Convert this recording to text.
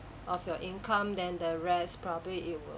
of your income than the rest probably it will